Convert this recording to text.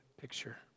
picture